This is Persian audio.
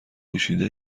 پوشیده